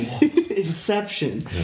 inception